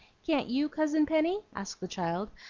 can't you, cousin penny? asked the child,